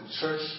church